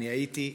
אני הייתי,